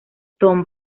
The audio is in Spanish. tom